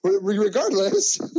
regardless